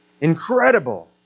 Incredible